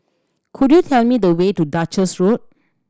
could you tell me the way to Duchess Road